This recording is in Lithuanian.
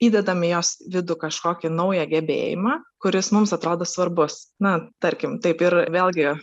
įdedam į jos vidų kažkokį naują gebėjimą kuris mums atrodo svarbus na tarkim taip ir vėlgi